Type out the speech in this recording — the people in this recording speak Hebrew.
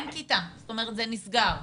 זאת אומרת, זה נסגר.